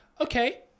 Okay